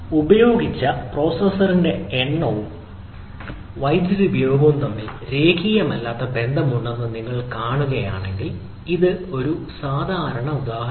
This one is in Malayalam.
ഉപയോഗിച്ച പ്രോസസറിന്റെ എണ്ണവും വൈദ്യുതി ഉപഭോഗവും തമ്മിൽ രേഖീയമല്ലാത്ത ബന്ധമുണ്ടെന്ന് നിങ്ങൾ കാണുകയാണെങ്കിൽ ഇത് ഒരു സാധാരണ ഉദാഹരണമാണ്